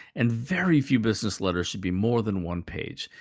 and very few business letters should be more than one page.